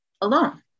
alone